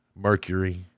Mercury